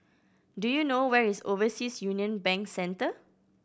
do you know where is Overseas Union Bank Centre